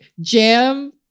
jam